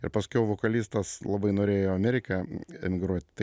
ir paskiau vokalistas labai norėjo į ameriką emigruoti